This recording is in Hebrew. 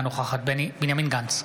אינה נוכחת בנימין גנץ,